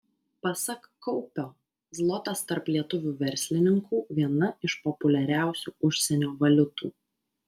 pasak kaupio zlotas tarp lietuvių verslininkų viena iš populiariausių užsienio valiutų